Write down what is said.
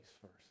first